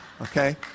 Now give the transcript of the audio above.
Okay